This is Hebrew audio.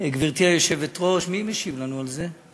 גברתי היושבת-ראש, מי משיב לנו על זה?